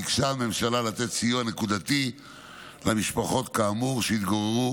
ביקשה הממשלה לתת סיוע נקודתי למשפחות כאמור שהתגוררו